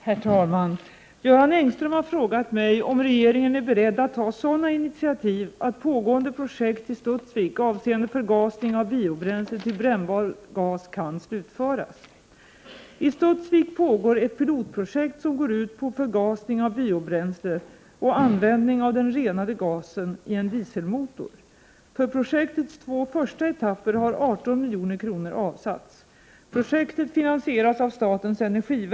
Herr talman! Göran Engström har frågat mig om regeringen är beredd att ta sådana initiativ att pågående projekt i Studsvik avseende förgasning av biobränsle till brännbar gas kan slutföras. I Studsvik pågår ett pilotprojekt som går ut på förgasning av biobränsle och användning av den renade gasen i en dieselmotor. För projektets två första etapper har 18 milj.kr. avsatts. Projektet finansieras av statens energiverk, Prot.